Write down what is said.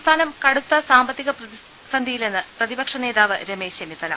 സംസ്ഥാനം കടുത്ത സാമ്പത്തിക പ്രതിസന്ധിയിലെന്ന് പ്രതിപക്ഷനേതാവ് രമേശ് ചെന്നിത്തല